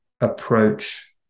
approach